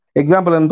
example